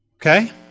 Okay